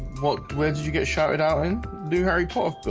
well, where did you get shouted out in do hairy paws